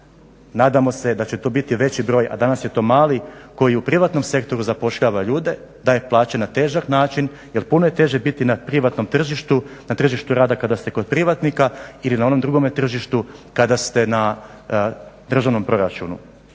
nadamo se da će to biti veći broj, a danas je to mali koji u privatnom sektoru zapošljava ljude, daje plaće na težak način jer puno je teže biti na privatnom tržištu, na tržištu rada kada ste kod privatnika ili na onom drugome tržištu kada ste na državnom proračunu.